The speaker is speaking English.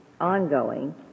ongoing